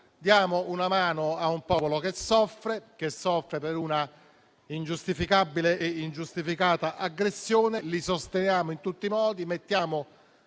Diamo una mano a un popolo che soffre per una ingiustificabile e ingiustificata aggressione, lo sosteniamo in tutti i modi, mettiamo